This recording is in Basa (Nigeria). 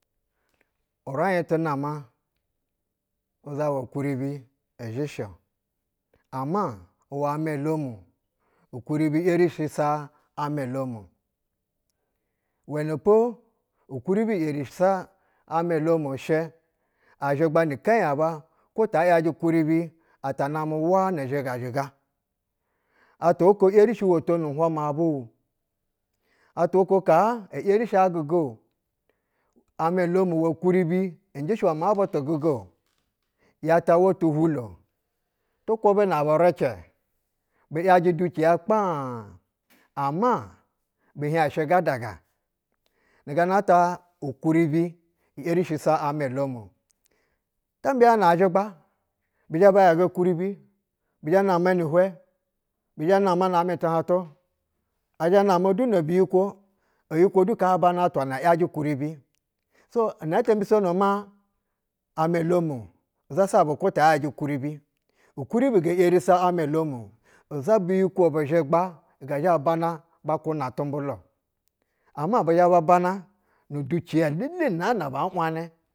Uranyi tu nama uzawa kuribi izhɛshɛ-o. Ama uwɛ awa olomu ukunbi yɛrishi sa amɛ olomu-o. Uwɛnɛpo ukuribi eri sa amɛ olomu shɛ azhigba ni ikɛnyi aba kwo ta yajɛ ukuribi, ata nam wa ni zhigzizhiga. Atwa oko erishi woto nu nhwa ma ba-o, atwa oko kan e erishi agiga-o. Amɛ dom uwɛ kuribi njɛ sha maa butu giga-o yata wa tubulo. Tu kwubɛ na burɛcɛ, bu yajɛ duciya kpaaɧ ama bi hiɛɧ shɛ gadaga. Nugana ta ukuribi yerishi nda amɛ olomu bu mbiyanɛ azhigba, bizhɛ ba yaga kuribi, bizhɛ nama ni hwɛ. Bizhɛ nama namɛ tuhantu, ɛzhɛ nama du no biyikwo, e yikwo du kaa banaatwa na yaiɛ kuribi. So inɛtɛ mbisonoma amɛ lomu zasa ba kwo ba’ yajɛ kuribi. Ukuribi ge yeri sa awɛ lomu, uza biyikwo buzhiga gɛ zhɛ bana ba tuna tumbwa. Ama bi zhɛ ba bana nu duciya lele na bib a wanɛ.